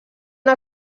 una